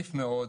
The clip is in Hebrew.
חריף מאוד.